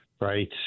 right